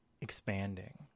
expanding